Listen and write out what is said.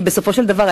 בסופו של דבר,